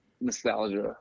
nostalgia